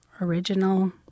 original